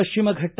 ಪಶ್ಚಿಮ ಘಟ್ಟ